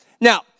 Now